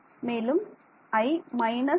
மாணவர் மேலும் i j − 12